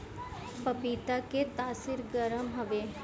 पपीता के तासीर गरम हवे